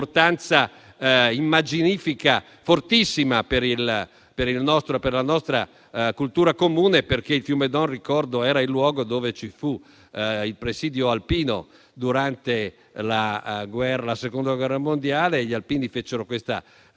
immaginifica fortissima per la nostra cultura comune, perché il fiume Don - ricordo - era il luogo dove ci fu il presidio alpino durante la Seconda guerra mondiale e dove avvenne la